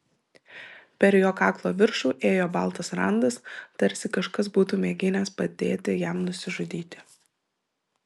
per jo kaklo viršų ėjo baltas randas tarsi kažkas būtų mėginęs padėti jam nusižudyti